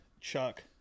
chuck